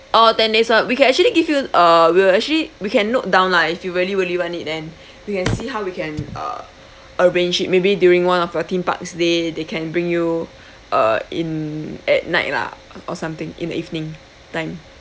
oh ten days one we can actually give you uh we will actually we can note down lah if you really really want it then we can see how we can uh arrange it maybe during one of your theme parks day they can bring you uh in at night lah or something in the evening time